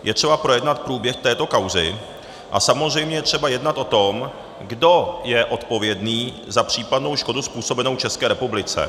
Je třeba projednat průběh této kauzy a samozřejmě je třeba jednat o tom, kdo je odpovědný za případnou škodu způsobenou České republice.